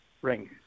ring